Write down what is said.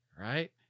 Right